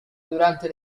durante